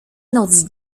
noc